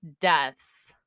deaths